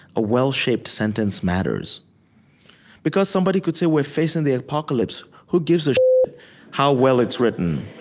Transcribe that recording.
a well-shaped sentence matters because somebody could say, we're facing the apocalypse. who gives a shit how well it's written?